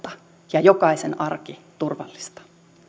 ja jokaisen arki turvallista